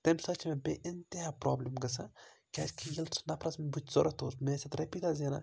تمہِ سۭتۍ چھِ مےٚ بیٚیہِ اِنتِحا پرٛابلِم گژھان کیٛازِکہِ ییٚلہِ سُہ نفرَس منٛز بہٕ ژور اوس مےٚ ٲسۍ رۄپیہِ دَہ زینان